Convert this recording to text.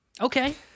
Okay